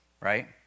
right